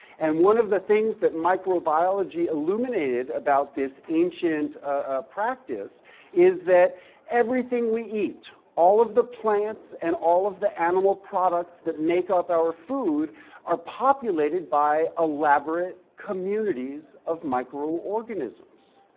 and one of the things that microbiology illuminated about this ancient ah practice is that everything we eat, all of the plants and all of the animal products that make up our food are populated by elaborate communities of microorganisms.